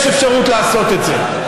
יש אפשרות לעשות את זה.